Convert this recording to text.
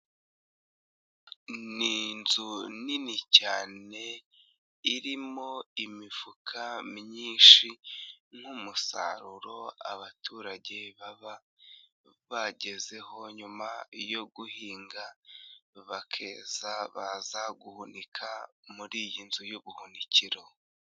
Ni inzu nini cyane irimo imifuka myinshi nk'umusaruro abaturage baba bagezeho nyuma yo guhinga, bakeza baza guhunika muri iyi nzu y'ubuhunikiro.